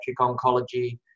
oncology